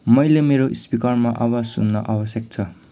मैले मेरो स्पिकरमा आवाज सुन्न आवश्यक छ